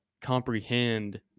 comprehend